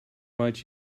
might